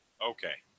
Okay